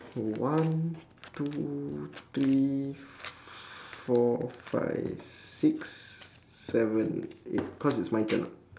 K one two three four five six seven eight cause it's my turn [what]